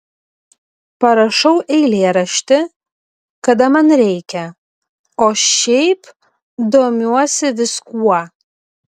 parašau eilėraštį kada man reikia o šiaip domiuosi viskuo